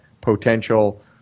potential